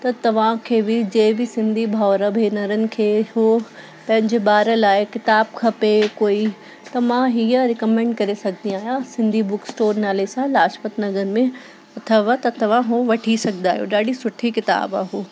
त तव्हां खे बि जे बि सिंधी भावर भेनरनि खे उहो पंहिंजे ॿार लाइ किताब खपे कोई त मां हीअं रिकमैंड करे सघंदी आहियां सिंधी बुक स्टोर नाले सां लाजपत नगर में अथव त तव्हां हू वठी सघंदा आहियो ॾाढी सुठी किताबु आहे हू